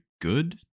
good